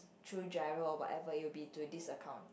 through giro or whatever it would be to this account